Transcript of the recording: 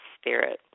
spirit